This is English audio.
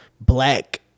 black